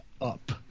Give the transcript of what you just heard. up